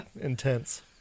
intense